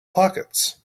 pockets